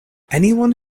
anyone